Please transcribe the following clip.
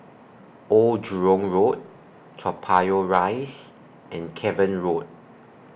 Old Jurong Road Toa Payoh Rise and Cavan Road